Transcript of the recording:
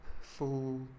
full